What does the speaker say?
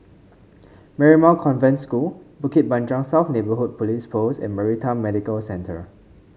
Marymount Convent School Bukit Panjang South Neighbourhood Police Post and Maritime Medical Centre